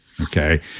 Okay